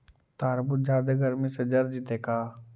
तारबुज जादे गर्मी से जर जितै का?